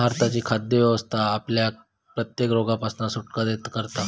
भारताची खाद्य व्यवस्था आपल्याक कित्येक रोगांपासना सुटका करता